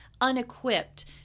unequipped